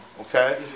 okay